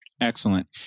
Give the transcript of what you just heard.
Excellent